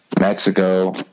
Mexico